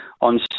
On